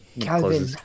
Calvin